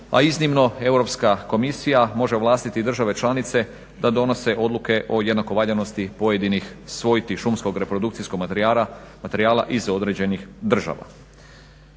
A iznimno europska komisija može ovlastiti države članice da donose odluke o jednako valjanosti pojedinih svojti šumskog reprodukcijskog materijala iz određenih država.